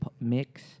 mix